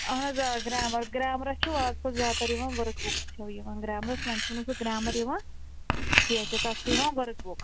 اہن حظ آ گرٛامَر گرامرَس چھُو آز کَل زیادٕ تَر یِوان ؤرٕک بُکُس چھو یِوان گرامَرس وۄنۍ چھُو نہٕ سُہ گرٛامَر یِوان کیٚنٛہہ تہِ تَتھ چھو یِوان ؤرٕک بُک